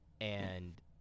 And-